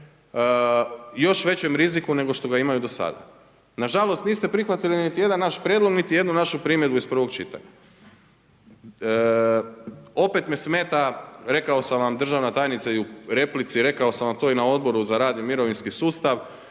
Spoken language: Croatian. još većem riziku nego što ga imaju do sada. Na žalost niste prihvatili niti jedan naš prijedlog, niti jednu našu primjedbu iz prvog čitanja. Opet me smeta rekao sam vam državna tajnice i u replici, rekao sam vam to i na Odboru za rad i mirovinski sustav,